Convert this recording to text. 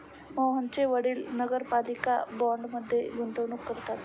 मोहनचे वडील नगरपालिका बाँडमध्ये गुंतवणूक करतात